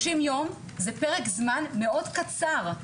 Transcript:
30 יום זה פרק זמן מאוד קצר.